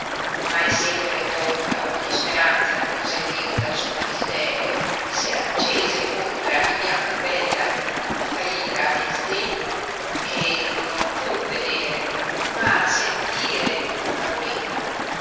ma essendole tolta ogni speranza di conseguir tal suo desiderio se accese contra di biancabella di tanta ira e sdegno che non pur vedere ma sentire non la voleva